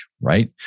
Right